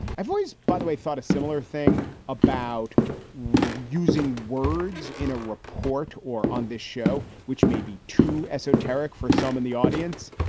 i've always, by the way, thought a similar thing about using words in a report or on this show, which may be too esoteric for some in the audience.